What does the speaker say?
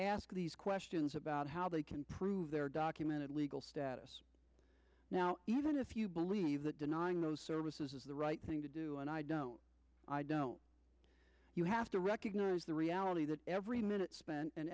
ask these questions about how they can prove their documented legal status now even if you believe that denying those services is the right thing to do and i don't i don't you have to recognize the reality that every minute spent